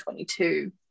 2022